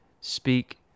speak